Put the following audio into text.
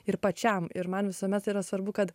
ir pačiam ir man visuomet yra svarbu kad